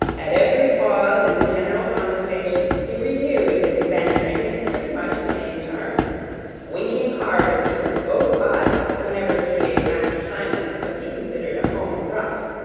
at every pause in the general conversation, he renewed his bantering in pretty much the same terms winking hard at me with both eyes whenever he gave master simon what he considered a home thrust.